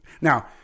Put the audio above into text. Now